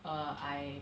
err I